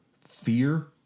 fear